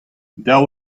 daou